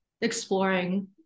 exploring